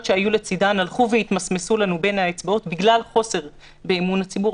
שהיו לצדם הלכו והתמסמסו לנו בין האצבעות בגלל חוסר באמון הציבור.